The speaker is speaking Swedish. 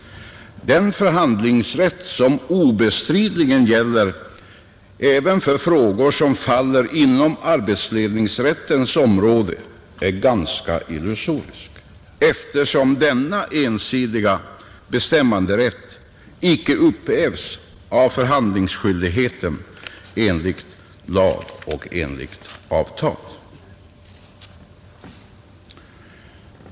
Den förhandlingsrätt som obestridligen gäller även för frågor som faller inom arbetsledningsrättens område är ganska illusorisk, eftersom den ensidiga bestämmanderätten icke upphävs av förhandlingsskyldigheten enligt lag och enligt avtal.